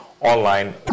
online